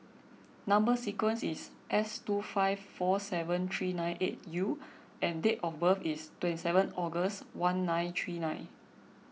Number Sequence is S two five four seven three nine eight U and date of birth is twenty seven August one nine three nine